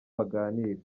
baganira